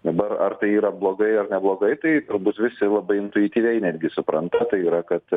dabar ar tai yra blogai ar ne blogai tai tubūt visi labai intuityviai netgi supranta tai yra kad